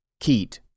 Keat